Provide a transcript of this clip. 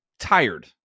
tired